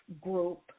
Group